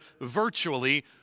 virtually